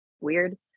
Weird